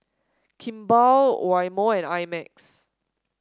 Kimball Eye Mo I Max